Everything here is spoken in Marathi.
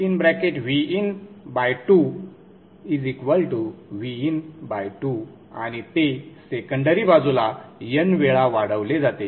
Vin - Vin 2 Vin2 आणि ते सेकंडरी बाजूला n वेळा वाढवले जाते